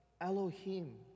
Elohim